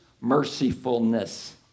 mercifulness